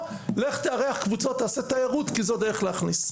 לך תשנורר בגויים או לך תארח קבוצות תיירות כי זו דרך להכניס.